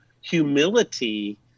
humility